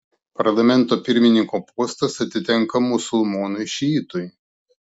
parlamento pirmininko postas atitenka musulmonui šiitui